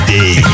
day